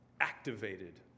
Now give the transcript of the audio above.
activated